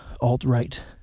alt-right